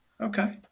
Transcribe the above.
okay